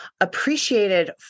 appreciated